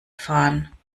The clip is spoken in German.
fahren